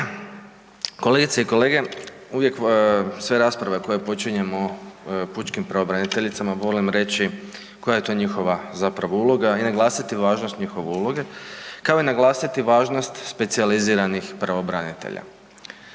Kolegice i kolege, uvijek sve rasprave koje počinjemo pučkim pravobraniteljicama volim reći koja je to njihova zapravo uloga i naglasiti važnost njihove uloge, kao i naglasiti važnost specijaliziranih pravobranitelja.